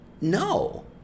no